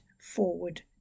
forward